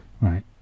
Right